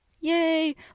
yay